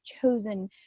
chosen